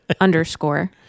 underscore